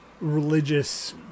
religious